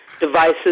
devices